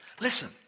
listen